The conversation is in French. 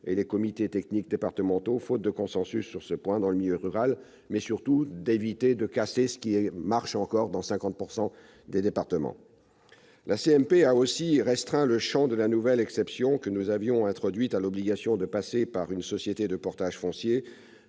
que nous avions votée, faute de consensus sur ce point dans le milieu agricole, mais surtout afin d'éviter de casser ce qui marche encore dans 50 % des départements. La CMP a aussi restreint le champ de la nouvelle exception que nous avions introduite à l'obligation de passer par une société de portage foncier